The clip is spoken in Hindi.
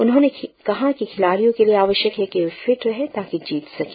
उन्होंने कहा कि खिलाड़ियों के लिए आवश्यक है कि वे फिट रहे ताकि जीत सके